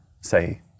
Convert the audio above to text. say